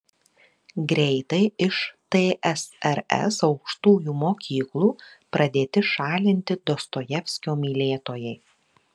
greitai iš tsrs aukštųjų mokyklų pradėti šalinti dostojevskio mylėtojai